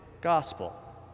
gospel